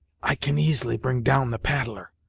i can easily bring down the paddler,